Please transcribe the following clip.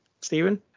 Stephen